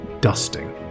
dusting